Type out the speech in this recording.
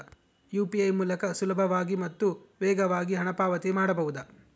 UPI ಮೂಲಕ ಸುಲಭವಾಗಿ ಮತ್ತು ವೇಗವಾಗಿ ಹಣ ಪಾವತಿ ಮಾಡಬಹುದಾ?